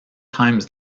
times